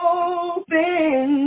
open